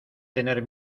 tener